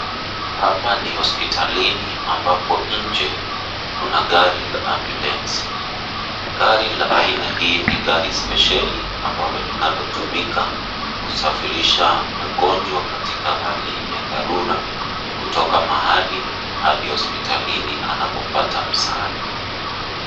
Hapa ni hospitalini ambapo nje kuna gari la ambulansi. Gari la aina hii ni gari spesheli ambalo linalo tumika kusafirisha mgonjwa katika hali ya dharura kutoka mahali mbali hospitalini anapo pata msaada.